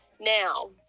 Now